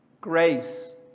Grace